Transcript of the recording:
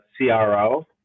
CRO